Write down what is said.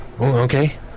okay